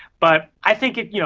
but i think it, you